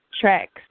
tracks